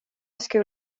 school